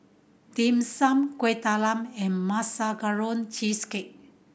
Dim Sum Kueh Talam and Marshmallow Cheesecake